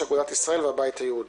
אגודת ישראל והבית היהודי.